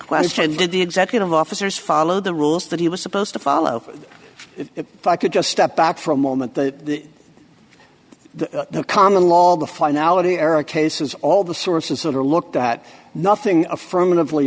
question did the executive officers follow the rules that he was supposed to follow if i could just step back for a moment that the common law the finality era cases all the sources that are looked at nothing affirmative